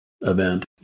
event